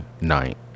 night